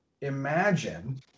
imagine